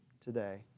today